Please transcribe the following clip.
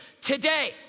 today